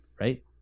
right